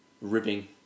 ribbing